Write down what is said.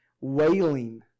wailing